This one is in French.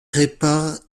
répare